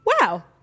Wow